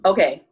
Okay